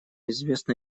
известно